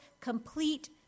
complete